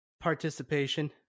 participation